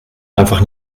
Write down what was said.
einfach